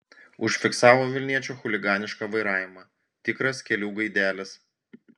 užfiksavo vilniečio chuliganišką vairavimą tikras kelių gaidelis